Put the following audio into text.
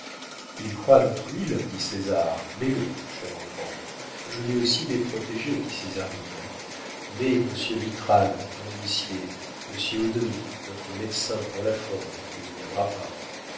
il croit à notre huile dit césar mets-le chère enfant je mets aussi mes protégés dit césarine mets monsieur mitral mon huissier monsieur haudry notre médecin pour la forme il ne viendra pas